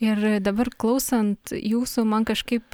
ir dabar klausant jūsų man kažkaip